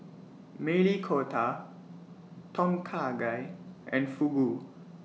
Maili Kofta Tom Kha Gai and Fugu